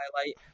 highlight